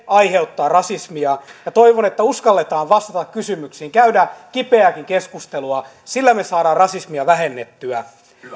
aiheuttaa rasismia toivon että uskalletaan vastata kysymyksiin käydä kipeääkin keskustelua sillä me saamme rasismia vähennettyä